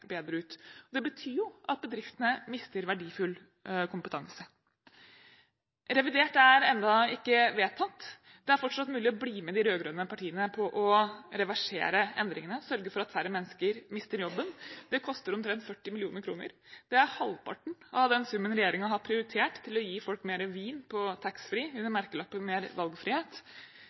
Det betyr at bedriftene mister verdifull kompetanse. Revidert er ennå ikke vedtatt. Det er fortsatt mulig å bli med de rød-grønne partiene på å reversere endringene, sørge for at færre mennesker mister jobben. Det koster omtrent 40 mill. kr. Det er halvparten av den summen regjeringen har prioritert til å gi folk mer vin på taxfree under merkelappen «mer valgfrihet».